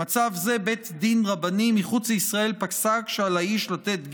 במצב זה בית דין רבני מחוץ לישראל פסק שעל האיש לתת גט,